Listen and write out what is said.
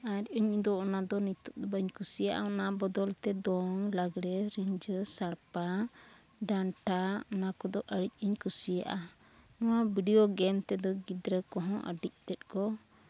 ᱟᱨ ᱤᱧᱫᱚ ᱚᱱᱟᱫᱚ ᱱᱤᱛᱳᱜ ᱵᱟᱹᱧ ᱠᱩᱥᱤᱭᱟᱜᱼᱟ ᱚᱱᱟ ᱵᱚᱫᱚᱞ ᱛᱮᱫᱚ ᱫᱚᱝ ᱞᱟᱜᱽᱬᱮ ᱨᱤᱸᱡᱷᱟᱹ ᱥᱟᱲᱯᱟ ᱰᱟᱱᱴᱟ ᱚᱱᱟ ᱠᱚᱫᱚ ᱟᱹᱰᱤᱜᱤᱧ ᱠᱩᱥᱤᱭᱟᱜᱼᱟ ᱱᱚᱣᱟ ᱵᱷᱤᱰᱤᱭᱳ ᱜᱮᱢ ᱛᱮᱫᱚ ᱜᱤᱫᱽᱨᱟᱹ ᱠᱚᱦᱚᱸ ᱟᱹᱰᱤᱛᱮᱫ ᱠᱚ